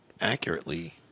accurately